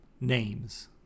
names